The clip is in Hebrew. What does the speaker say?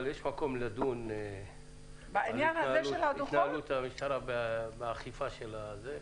אבל יש מקום לדון בהתנהלות המשטרה באכיפה של זה.